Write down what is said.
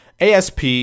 ASP